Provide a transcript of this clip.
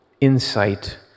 insight